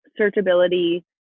searchability